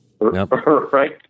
Right